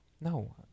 No